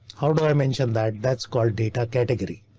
how do i mention that that's called data category?